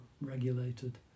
regulated